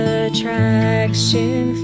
attraction